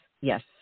yes